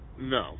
No